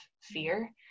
fear